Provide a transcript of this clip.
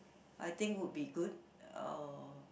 I think would be good uh